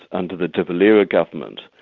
under the de valera government,